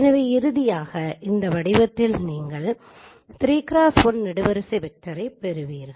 எனவே இறுதியாக இந்த வடிவத்தில் நீங்கள் 3x1 நெடுவரிசை வெக்டரை பெறுவீர்கள்